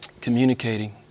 communicating